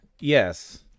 Yes